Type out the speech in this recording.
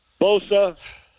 Bosa